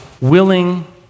willing